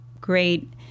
great